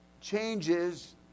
changes